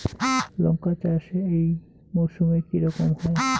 লঙ্কা চাষ এই মরসুমে কি রকম হয়?